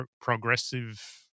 progressive